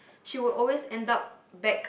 she would always end up back